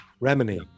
Remini